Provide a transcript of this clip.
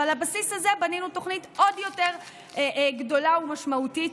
ועל הבסיס הזה בנינו תוכנית עוד יותר גדולה ומשמעותית.